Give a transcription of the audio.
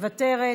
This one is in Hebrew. מוותרת,